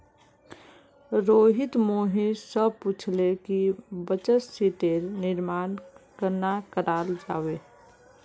रोहित मोहित स पूछले कि बचत शीटेर निर्माण कन्ना कराल जाबे